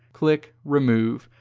click remove.